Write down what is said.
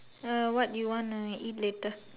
uh what you want to eat later